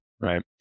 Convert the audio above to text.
Right